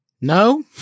No